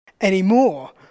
anymore